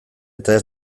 eta